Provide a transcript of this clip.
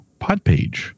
PodPage